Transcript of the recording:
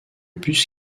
bus